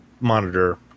monitor